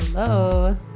hello